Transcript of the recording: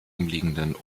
umliegenden